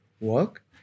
work